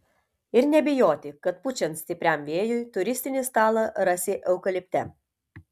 ir nebijoti kad pučiant stipriam vėjui turistinį stalą rasi eukalipte